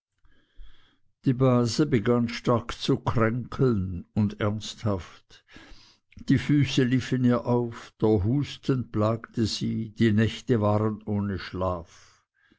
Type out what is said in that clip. die base begann stark zu kränkeln und ernsthaft die füße liefen ihr auf der husten plagte sie die nächte waren ohne schlaf